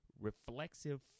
reflexive